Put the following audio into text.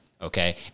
Okay